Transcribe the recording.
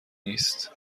نیست